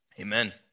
Amen